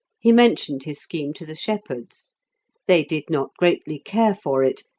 he mentioned his scheme to the shepherds they did not greatly care for it,